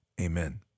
amen